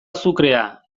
azukrea